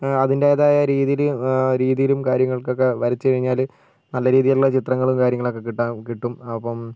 അതിന്റേതായ രീതിയിൽ രീതിയിലും കാര്യങ്ങൾക്കൊക്കെ വരച്ചു കഴിഞ്ഞാൽ നല്ല രീതിയിലുള്ള ചിത്രങ്ങൾ കാര്യങ്ങളൊക്കെ കിട്ടാൻ കിട്ടും അപ്പം